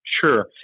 Sure